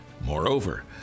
Moreover